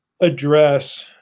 address